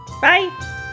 Bye